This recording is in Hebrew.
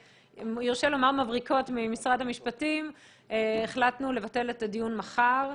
מבריקות ממשרד המשפטים החלטנו לבטל את הדיון מחר.